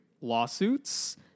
lawsuits